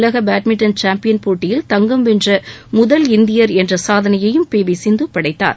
உலக badminton champion போட்டியில் தங்கம் வென்ற முதல் இந்தியர் என்ற சாதனையையும் பி வி சிந்து படைத்தார்